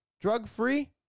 drug-free